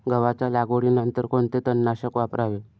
गव्हाच्या लागवडीनंतर कोणते तणनाशक वापरावे?